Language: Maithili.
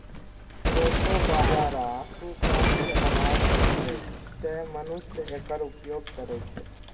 प्रोसो बाजारा सुपाच्य अनाज छियै, तें मनुष्य एकर उपभोग करै छै